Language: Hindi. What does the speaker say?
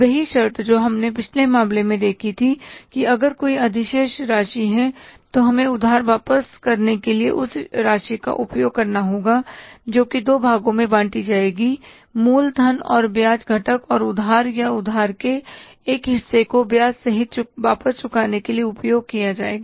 वही शर्त जो हमने पिछले मामले में देखी थी कि अगर कोई अधिशेष राशि है तो हमें उधार वापस करने के लिए उस राशि का उपयोग करना होगा जोकि दो भागों में बांटी जाएगी मूल धन और ब्याज घटक और उधार या उधार के एक हिस्से को ब्याज सहित वापस चुकाने के लिए उपयोग किया जाएगा